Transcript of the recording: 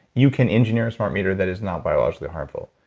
you can engineer a smart meter that is not biologically harmful.